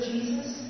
Jesus